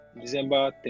December